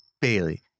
Bailey